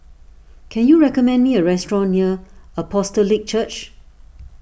can you recommend me a restaurant near Apostolic Church